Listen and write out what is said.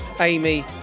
Amy